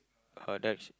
uh that's